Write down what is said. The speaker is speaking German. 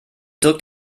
drückt